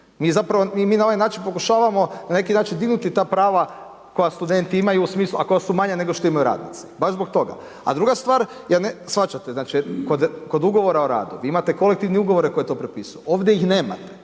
odnosa. Mi na ovaj način pokušavamo na neki način dignuti ta prava koja studenti imaju u smislu a koja su manja nego što imaju radnici, baš zbog toga. A druga stvar, shvaćate, kod ugovora o radu, imate kolektivne ugovore koji to propisuju, ovdje ih nema.